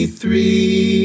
three